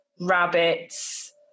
Rabbits